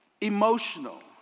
emotional